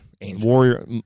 Warrior